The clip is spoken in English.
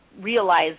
realize